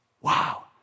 wow